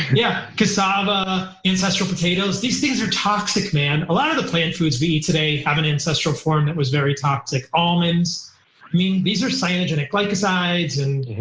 yeah. cassava ancestral potatoes, these things are toxic man. a lot of the plant foods we eat today have an ancestral form that was very toxic. almonds, i mean these are cyanogenic glycosides and